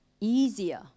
easier